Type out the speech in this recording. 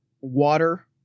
water